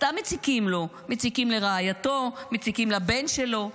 סתם מציקים לו, מציקים לרעייתו, מציקים לבן שלו.